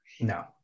No